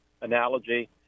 analogy